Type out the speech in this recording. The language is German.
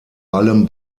allem